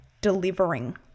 delivering